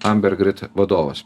ambergrit vadovas